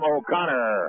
O'Connor